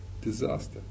Disaster